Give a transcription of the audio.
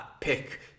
pick